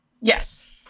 Yes